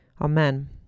Amen